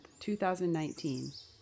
2019